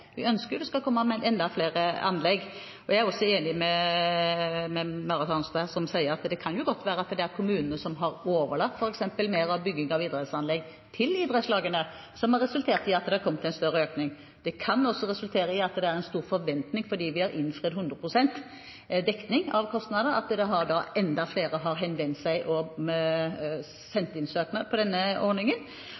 vi ønsker at det skal komme enda flere anlegg. Jeg er også enig med Marit Arnstad, som sier at det kan godt være at kommunene har overlatt f.eks. mer av bygging av idrettsanlegg til idrettslagene, som har resultert i at det har kommet en større økning. En stor forventning fordi vi har innfridd 100 pst. dekning av kostnader kan også ha resultert i at enda flere har henvendt seg og sendt inn søknad innenfor denne ordningen.